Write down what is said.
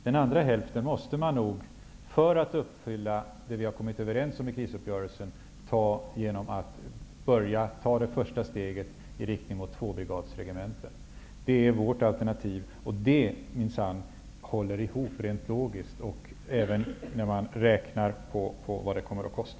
Den andra hälften måste man nog, för att uppfylla det som vi har kommit överens om i krisuppgörelsen, åstadkomma genom att ta ett första steg i riktning mot tvåbrigadregementen. Det är vårt alternativ, och det håller minsann ihop rent logiskt, även när man räknar på vad det kommer att kosta.